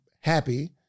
happy